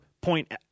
point